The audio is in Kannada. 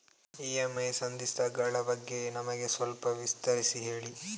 ಇ.ಎಂ.ಐ ಸಂಧಿಸ್ತ ಗಳ ಬಗ್ಗೆ ನಮಗೆ ಸ್ವಲ್ಪ ವಿಸ್ತರಿಸಿ ಹೇಳಿ